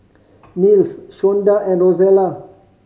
Nils Shonda and Rozella